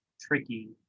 tricky